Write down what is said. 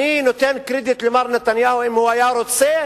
אני נותן קרדיט למר נתניהו, אם הוא היה רוצה,